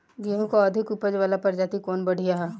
गेहूँ क अधिक ऊपज वाली प्रजाति कवन बढ़ियां ह?